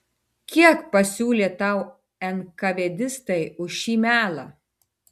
kiek pasiūlė tau enkavėdistai už šį melą